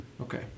Okay